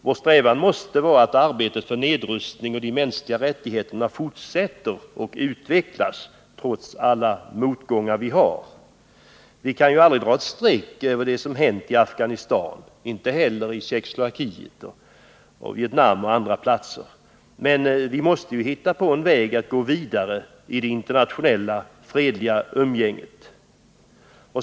Vår strävan måste vara att arbetet för nedrustning och de mänskliga rättigheterna fortsätter och utvecklas trots alla motgångar. Vi kan aldrig dra ett streck över det som hänt i Afghanistan — inte heller över vad som hänt i Tjeckoslovakien, Vietnam och andra länder. Men vi måste finna en väg för att kunna gå vidare i det internationella fredliga umgänget.